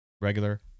regular